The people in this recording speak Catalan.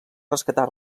rescatar